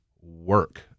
work